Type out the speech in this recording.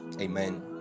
amen